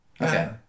Okay